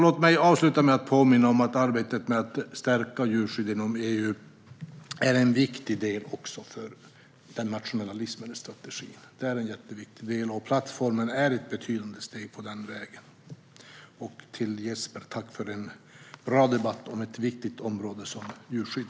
Låt mig avsluta med att påminna om att arbetet med att stärka djurskyddet inom EU är en viktig del också för den nationella livsmedelsstrategin, och plattformen är ett betydande steg på den vägen. Till Jesper: Tack för en bra debatt om ett viktigt område som djurskydd!